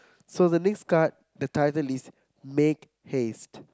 so the next card the title is make haste